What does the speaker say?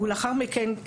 לאחר מכן,